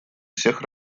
всех